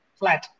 flat